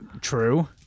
True